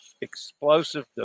explosive